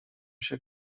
się